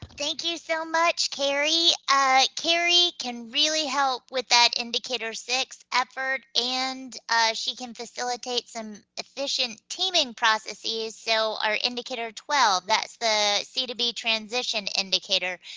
thank you so much, kerri. kerri can really help with that indicator six effort and she can facilitate some efficient teaming processes, so our indicator twelve, that's the c to b transition indicator,